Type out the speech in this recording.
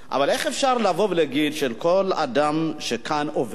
אבל איך אפשר לבוא ולהגיד, שכל אדם שכאן עובד,